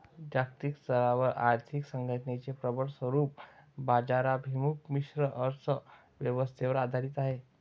जागतिक स्तरावर आर्थिक संघटनेचे प्रबळ स्वरूप बाजाराभिमुख मिश्र अर्थ व्यवस्थेवर आधारित आहे